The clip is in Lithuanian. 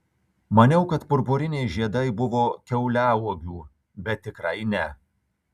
maniau kad purpuriniai žiedai buvo kiauliauogių bet tikrai ne